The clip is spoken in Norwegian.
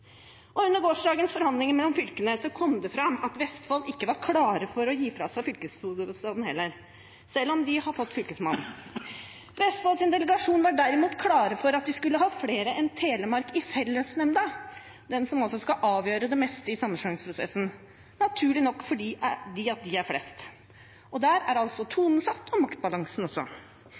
Minimalt. Under gårsdagens forhandlinger mellom fylkene kom det fram at Vestfold ikke var klare for å gi fra seg fylkeshovedstaden heller, selv om de har fått Fylkesmannen. Vestfolds delegasjon var derimot klare på at de skulle ha flere enn Telemark i fellesnemnda, som skal avgjøre det meste i sammenslåingsprosessen, naturlig nok, fordi de er flest. Der er altså tonen satt, og maktbalansen også.